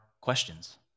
questions